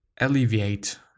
alleviate